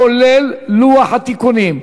כולל לוח התיקונים.